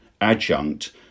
adjunct